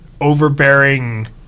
overbearing